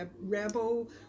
rebel